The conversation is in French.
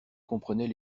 comprenait